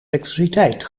elektriciteit